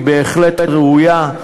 היא בהחלט ראויה.